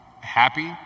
happy